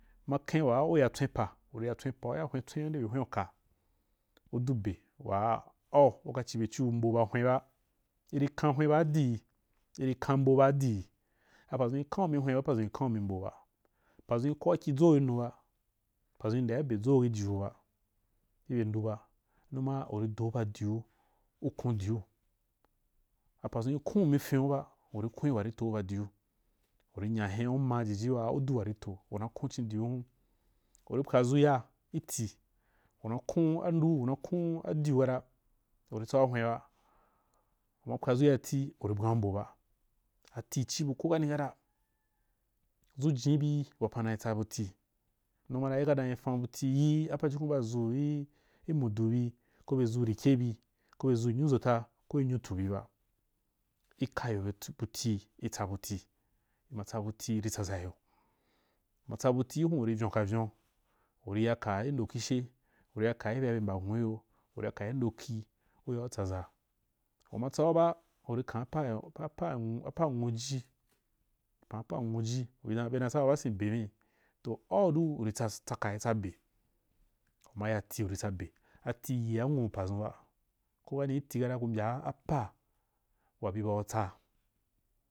Maken waa u ya tswenpa uri ya tswenpa u ya hwen u nde be hwen yka u du be waa au uka ci byeciu hwen ba mbo ba iri kan hween ba dii iri kan mbo ba dii apa dʒun ri kan’u mi hween ba apadʒun ri kan’u mi padʒun ri koa ki dʒou ki nu ba padʒun ri ndea be dʒou ki ujuhuuu ba ku bye ndu ba numa u ri do ba du u kon diu, apodʒun ri kon mi fiun ba uri kon warito’u ba diu, uri nya hen u ma jiji waa u du wan to una kon cindiu hun uri padʒu ya ki ti una kon a ndou una kon diu kata uri tsau nwenba, uma pwadʒu ya ti uri bwan’u mbo ba, a ti ci bu ko kani kala, dʒu jini bi wapan na tsa buti numa ra i ka dan i fan bu tii yi paju kim baa dʒu ki mndu, koh be dʒu rikye bi koh be dʒu nyunuʒota, koh nyunutu bi ba. Ɪ kaya bye budii i tsa bu tii i ma tsa bu tii ri tsaʒaì yo. Uma tsa butii junu uri vyon ka vyon, uri yaka ki ndo kishe, uri yaka ki bye waa be mba nwu ki yo, uri yaka ki ndo khi, u ya uya tsaʒa uma tsau ba uri kan pa wa nwoji, apa wa nwoji. Uri dan bena tsa ba ba sen be ri toh au du uri tsaka ri tsa be uma yaa tii u ri tsa be atu yia nwu padʒun ba kokani ki tii kata ku mbya apa wa bu bau tsa.